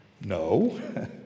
No